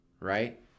Right